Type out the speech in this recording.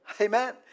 Amen